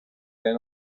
and